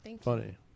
funny